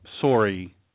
sorry